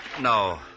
No